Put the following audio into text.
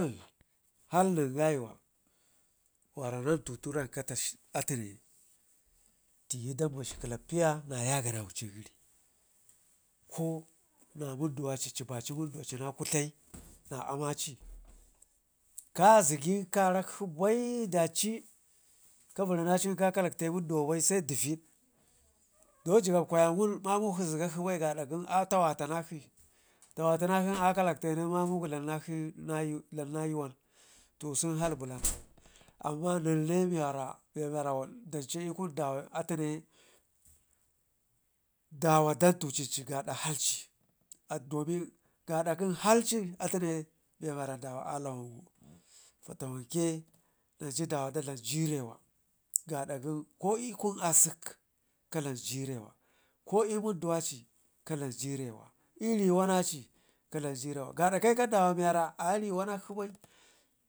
Hal nen gayəwa wara nan tutu rankata atune diye dan basu klaffiya na yaganaucin gəri ko namundu waci cii baci munduwa cina kudlai na ammaci, kazggi karakshi bai daci kavərmacin ka kalacteyi wunda bai se dəvid do gigam kwaya wun namu lashi zigagshi bai gaada gən atawata nakshi tawa tuna lashin akaleetayi bai semamugu dlam naksh l'yuwan nen to sen hal blan bai, amma nen ne miyara bemewara dancu l'kun dawa atune dawa dantutici gaada halci domin halci atune be wara dawa alawangu feta wanke nencu dawa da dlam jirewa gaada gən ko l'kun asək ka dlam jirewa ko l'mundawaci ka dlam jirewa l'ri wanaci ka dalam jirewa gaada kaikan dawa miwara aye riwanakshi bai.